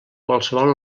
qualsevol